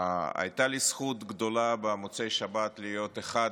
הייתה לי זכות גדולה במוצאי שבת להיות אחד